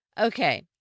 Okay